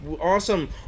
awesome